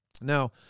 Now